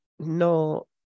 No